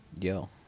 yo